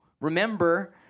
remember